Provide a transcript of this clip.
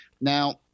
Now